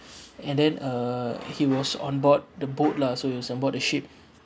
and then uh he was on board the boat lah so he was on board the ship